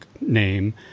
name